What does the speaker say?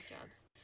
Jobs